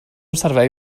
servei